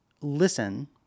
listen